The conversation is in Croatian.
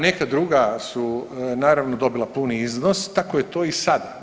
Neka druga su naravno dobila puni iznos, tako je to i sad.